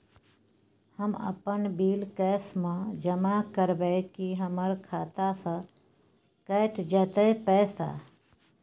हम अपन bill cash म जमा करबै की हमर खाता स कैट जेतै पैसा?